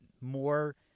more